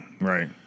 Right